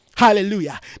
Hallelujah